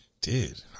Dude